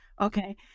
Okay